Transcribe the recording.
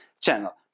channel